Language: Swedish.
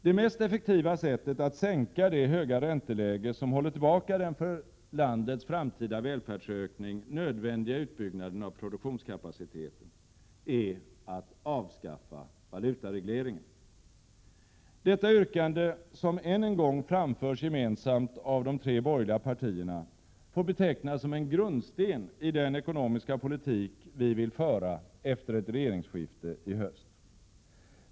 Det mest effektiva sättet att sänka det höga ränteläge som håller tillbaka den för landets framtida välfärdsökning nödvändiga utbyggnaden av produktionskapaciteten är att avskaffa valutaregleringen. Detta yrkande, som än en gång framförs gemensamt av de tre borgerliga partierna, får betecknas som en grundsten i den ekonomiska politik vi vill föra efter ett regeringsskifte i höst.